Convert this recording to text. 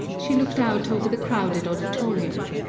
she looked out over the crowded auditorium.